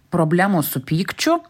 problemų su pykčiu